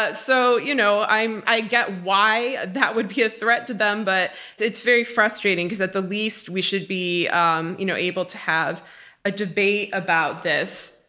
but so you know i get why that would be a threat to them, but it's very frustrating, because at the least we should be um you know able to have a debate about this.